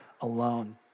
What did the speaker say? alone